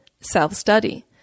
self-study